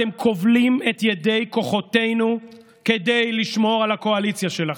אתם כובלים את ידי כוחותינו כדי לשמור על הקואליציה שלכם.